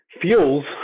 fuels